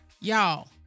y'all